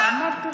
אמרתי לך.